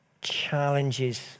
challenges